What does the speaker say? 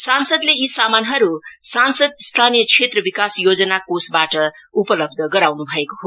सांसदले यी सामानहरु सांसद स्थानीय क्षेत्र विकास योजना कोषवाट उपलब्ध गराउनु भएको हो